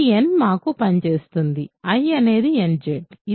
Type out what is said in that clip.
ఈ n మాకు పని చేస్తుంది I అనేది nZ